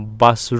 bus